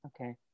okay